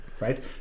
right